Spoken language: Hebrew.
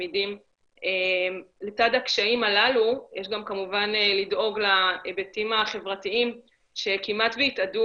לצד הקשיים הללו יש לדאוג להיבטים החברתיים שכמעט והתאדו